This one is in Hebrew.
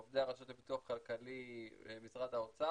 עובדי הרשות לפיתוח כלכלי ומשרד האוצר